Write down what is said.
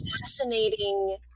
fascinating